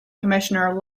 commissioner